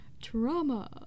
Trauma